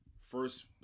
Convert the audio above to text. First